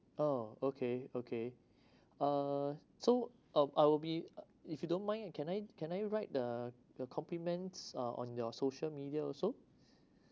oh okay okay uh so um I will be if you don't mind can I can I write the the compliments uh on your social media also